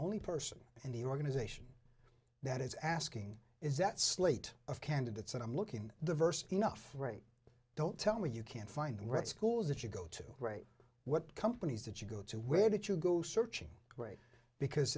only person in the organization that is asking is that slate of candidates and i'm looking diverse enough right don't tell me you can't find them read schools that you go to great what companies that you go to where did you go searching great because